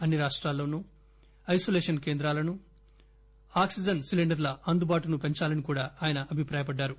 అన్ని రాష్టాల్లోనూ ఐనోలేషన్ కేంద్రాలను ఆక్సిజన్ సిలిండర్ల అందుబాటును పెంచాలని కూడా ఆయన అభిప్రాయపడ్డారు